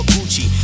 Gucci